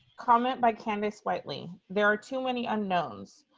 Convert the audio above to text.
comment by candice whiteley. there are too many unknowns.